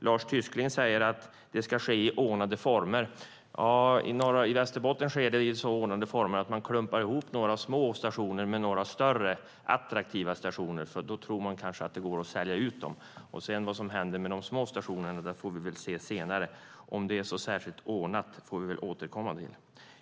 Lars Tysklind säger att det ska ske i ordnade former. Ja, i Västerbotten sker det i så ordnade former att man klumpar ihop några små stationer med några större attraktiva stationer, för då tror man kanske att det går att sälja ut dem. Vad som händer med de små stationerna får vi väl se senare. Om det är så särskilt ordnat får vi väl återkomma till.